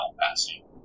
passing